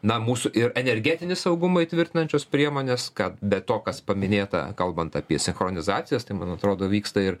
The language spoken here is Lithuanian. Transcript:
na mūsų ir energetinį saugumą įtvirtinančios priemonės kad be to kas paminėta kalbant apie sinchronizacijas tai man atrodo vyksta ir